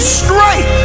straight